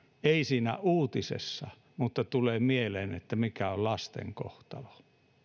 ei siinä uutisessa mutta tulee mieleen että mikä on lasten kohtalo